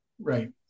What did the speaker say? right